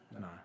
No